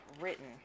written